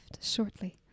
shortly